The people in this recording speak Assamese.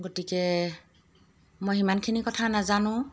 গতিকে মই সিমানখিনি কথা নাজানো